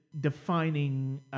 defining